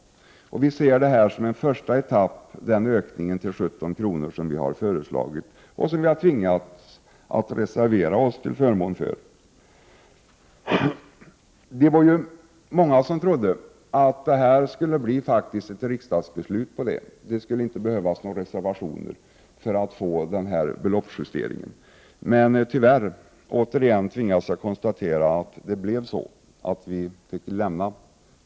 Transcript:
Vi ser de 17 kr. vi nu tvingats reservera oss till förmån för som en första etapp. Det var många som trodde att det skulle bli ett förslag till riksdagen från utskottsmajoriteten, och att det inte skulle behövas någon reservation för denna beloppsjustering, men tyvärr tvingas jag återigen konstatera att vi måste reservera Oss.